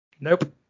Nope